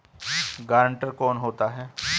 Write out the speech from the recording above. Guarantor कौन होता है?